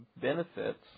benefits